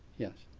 yes.